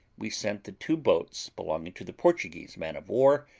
we sent the two boats belonging to the portuguese man-of-war,